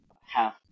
half